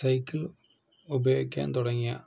cycle ഉപയോഗിക്കാന് തുടങ്ങിയ